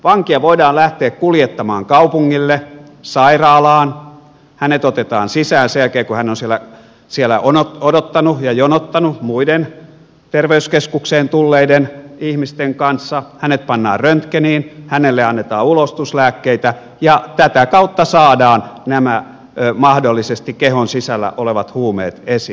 vankia voidaan lähteä kuljettamaan kaupungille sairaalaan hänet otetaan sisään sen jälkeen kun hän on siellä odottanut ja jonottanut muiden terveyskeskukseen tulleiden ihmisten kanssa hänet pannaan röntgeniin hänelle annetaan ulostuslääkkeitä ja tätä kautta saadaan nämä mahdollisesti kehon sisällä olevat huumeet esiin